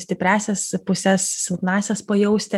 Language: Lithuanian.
stipriąsias puses silpnąsias pajausti